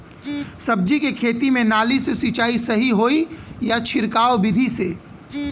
सब्जी के खेती में नाली से सिचाई सही होई या छिड़काव बिधि से?